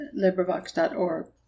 librivox.org